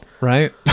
right